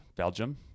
Belgium